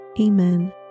Amen